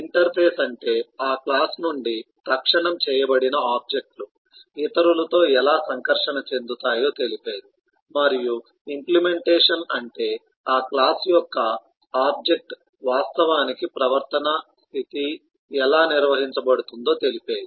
interface అంటే ఆ class నుండి తక్షణం చేయబడిన ఆబ్జెక్ట్ లు ఇతరులతో ఎలా సంకర్షణ చెందుతాయో తెలిపేది మరియు ఇంప్లీమెంటేషన్ అంటే ఆ క్లాస్ యొక్క ఆబ్జెక్ట్ వాస్తవానికి ప్రవర్తన స్థితి ఎలా నిర్వహించబడుతుందో తెలిపేది